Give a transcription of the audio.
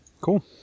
cool